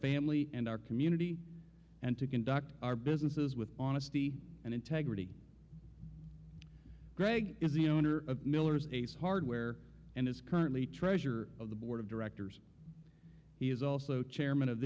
family and our community and to conduct our businesses with honesty and integrity greg is the owner of millers ace hardware and is currently treasurer of the board of directors he is also chairman of